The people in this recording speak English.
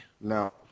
No